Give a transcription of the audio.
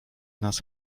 nas